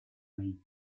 nei